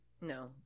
No